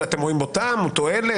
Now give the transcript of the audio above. אתם רואים אותם או תועלת,